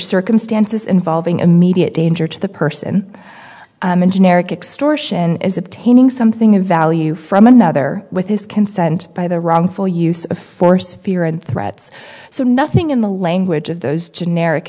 circumstances involving immediate danger to the person in generic extortion is obtaining something of value from another with his consent by the wrongful use of force fear and threats so nothing in the language of those generic